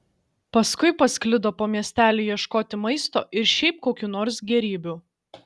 paskui pasklido po miestelį ieškoti maisto ir šiaip kokių nors gėrybių